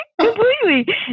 Completely